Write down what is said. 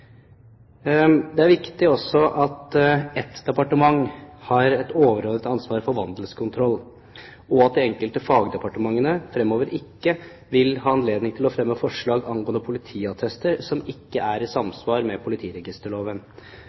Det er også viktig at ett departement har et overordnet ansvar for vandelskontroll, og at de enkelte fagdepartementene fremover ikke vil ha anledning til å fremme forslag angående politiattester som ikke er i samsvar med politiregisterloven.